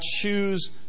choose